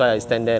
oh